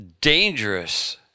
dangerous